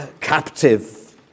captive